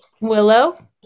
Willow